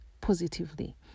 positively